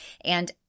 and-